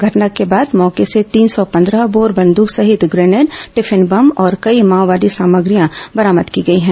घटना के बाद मौके से तीन सौ पंद्रह बोर बंद्रक सहित ग्रेनेड टिफिन बम और कई माओवादी सामग्रियां बरामद की गई है